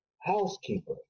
housekeeper